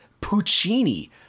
Puccini